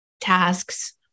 tasks